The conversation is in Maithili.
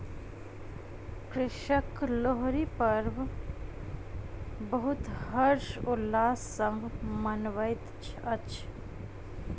कृषक लोहरी पर्व बहुत हर्ष उल्लास संग मनबैत अछि